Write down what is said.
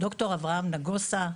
ד"ר אברהם נגוסה,